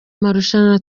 marushanwa